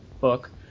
book